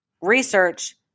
research